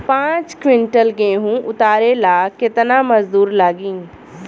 पांच किविंटल गेहूं उतारे ला केतना मजदूर लागी?